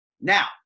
Now